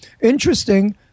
Interesting